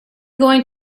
going